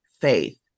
Faith